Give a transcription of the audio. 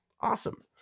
Awesome